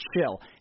chill